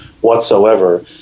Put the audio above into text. whatsoever